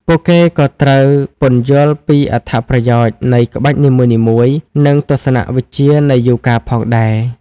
ពួកគេក៏ត្រូវ ពន្យល់ពីអត្ថប្រយោជន៍ នៃក្បាច់នីមួយៗ និងទស្សនវិជ្ជានៃយូហ្គាផងដែរ។